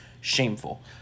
Shameful